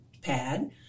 pad